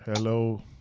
Hello